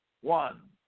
one